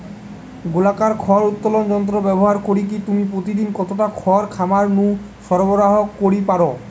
গোলাকার খড় উত্তোলক যন্ত্র ব্যবহার করিকি তুমি প্রতিদিন কতটা খড় খামার নু সরবরাহ করি পার?